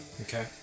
Okay